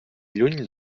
lluny